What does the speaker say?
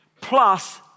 plus